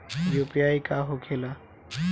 UPI का होखेला?